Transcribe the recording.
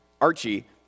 Archie